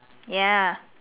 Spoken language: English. ya